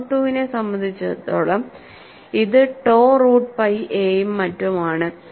mode II നെ സംബന്ധിച്ചിടത്തോളം ഇത് ടോ റൂട്ട് പൈ a ഉം മറ്റും ആണ്